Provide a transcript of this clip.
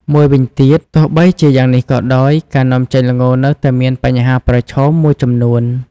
មួយវិញទៀតទោះបីជាយ៉ាងនេះក៏ដោយ ការនាំចេញល្ងនៅតែមានបញ្ហាប្រឈមមួយចំនួន។